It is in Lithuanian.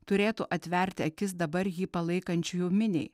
turėtų atverti akis dabar jį palaikančiųjų miniai